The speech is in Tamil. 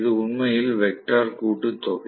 இது உண்மையில் வெக்டர் கூட்டு தொகை